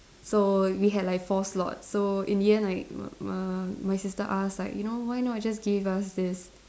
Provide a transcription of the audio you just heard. so we had like four slots so in the end like m~ my my sister ask like you know why not just give us this